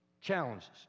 Challenges